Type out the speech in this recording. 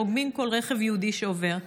רוגמים כל רכב יהודי שעובר.